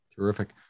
Terrific